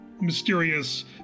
Mysterious